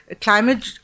climate